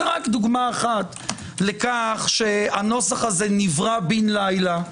זה רק דוגמה אחת לכך שהנוסח הזה נברא בן לילה.